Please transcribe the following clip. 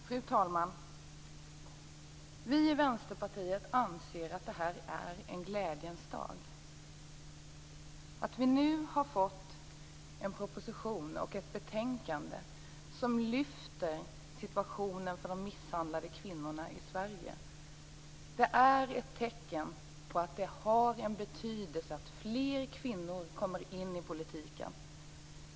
Fru talman! Vi i Vänsterpartiet anser att det här en glädjens dag. Att vi nu har fått en proposition och ett betänkande som lyfter fram situationen för de misshandlade kvinnorna i Sverige är ett tecken på att det har betydelse att fler kvinnor kommer in i politiken.